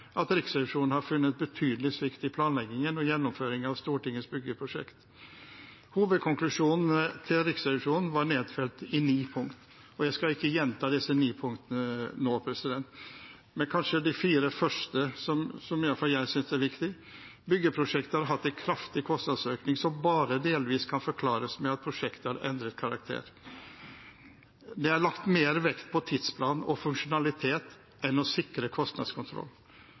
at Riksrevisjonen har funnet betydelig svikt i planleggingen og gjennomføringen av Stortingets byggeprosjekt. Riksrevisjonens hovedkonklusjon er nedfelt i ni punkter. Jeg skal ikke gjenta disse ni punktene nå, men kanskje de fire første, som i alle fall jeg synes er viktige: «Byggeprosjektet har hatt en kraftig kostnadsøkning som bare delvis kan forklares med at prosjektet har endret karakter. Det er lagt mer vekt på tidsplan og funksjonalitet enn på å sikre kostnadskontroll.